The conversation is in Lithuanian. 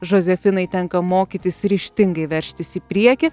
žozefinai tenka mokytis ryžtingai veržtis į priekį